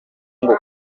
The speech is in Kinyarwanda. ngo